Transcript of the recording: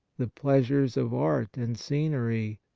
the pleasures of art and scenery,